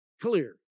clear